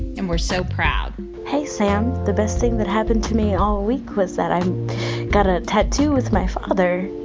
and we're so proud hey, sam. the best thing that happened to me all week was that i'm got a tattoo with my father.